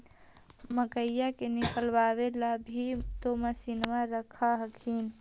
मकईया के निकलबे ला भी तो मसिनबे रख हखिन?